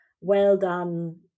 well-done